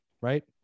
Right